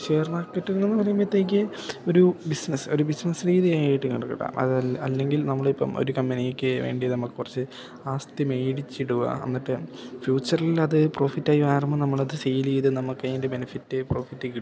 share മാർക്കറ്റെന്നന്നു പറയുമ്പോഴത്തേക്ക് ഒരു ബിസിനസ്സ് ഒരു ബിസിനസ്സ് രീതിയായിട്ട് കണ്ടിട്ടില്ല അതിൽ അല്ലെങ്കിൽ നമ്മളിപ്പം ഒരു കമ്പനിക്ക് വേണ്ടി നമുക്ക് കുറച്ച് ആസ്തി മേടിച്ചിടുക എന്നിട്ട് ഫ്യൂച്ചറിലത് പ്രോഫിറ്റായി മാറുമ്പോൾ നമ്മളത് സെയിൽ ചെയ്ത് നമുക്കതിൻ്റെ ബെനിഫിറ്റ് പ്രോഫിറ്റ് കിട്ടുന്നു